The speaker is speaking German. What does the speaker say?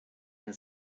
den